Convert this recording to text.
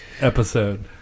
episode